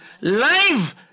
live